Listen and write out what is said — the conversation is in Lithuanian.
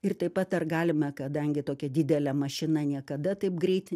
ir taip pat ar galima kadangi tokia didelė mašina niekada taip greit